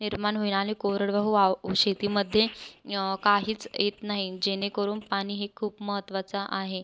निर्माण होईल आणि कोरडवाऊवाहू शेतीमध्ये काहीच येत नाही जेणेकरून पाणी हे खूप महत्त्वाचा आहे